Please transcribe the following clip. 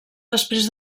després